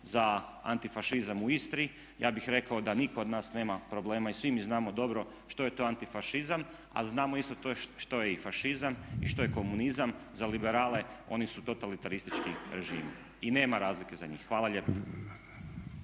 za antifašizam u Istri ja bih rekao da nitko od nas nema problema i svi mi znamo dobro što je antifašizam a znamo isto što je i fašizam i što je komunizam. Za liberale oni su totalitaristički režimi i nema razlike za njih. Hvala lijepa.